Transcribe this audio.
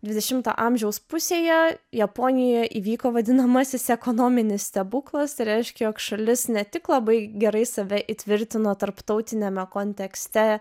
dvidešimto amžiaus pusėje japonijoje įvyko vadinamasis ekonominis stebuklas reiškia jog šalis ne tik labai gerai save įtvirtino tarptautiniame kontekste